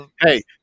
hey